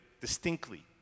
distinctly